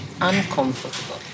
uncomfortable